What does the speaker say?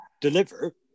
deliver